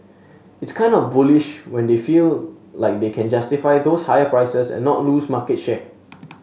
it's kind of bullish that they feel like they can justify those higher prices and not lose market share